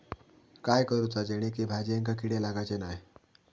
काय करूचा जेणेकी भाजायेंका किडे लागाचे नाय?